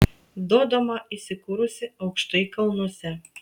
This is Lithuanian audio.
dodoma įsikūrusi aukštai kalnuose